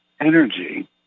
energy